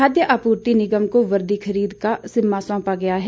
खाद्य आपूर्ति निगम को वर्दी खरीद का जिम्मा सौंपा गया है